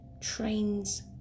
trains